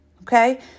okay